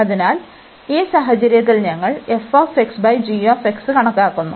അതിനാൽ ഈ സാഹചര്യത്തിൽ ഞങ്ങൾ കണക്കാക്കുന്നു